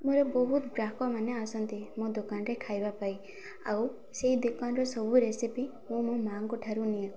ମୋର ବହୁତ ଗ୍ରାହକମାନେ ଆସନ୍ତି ମୋ ଦୋକାନରେ ଖାଇବା ପାଇଁ ଆଉ ସେଇ ଦୋକାନର ସବୁ ରେସିପି ମୁଁ ମୋ ମାଆଙ୍କ ଠାରୁ ନିଏ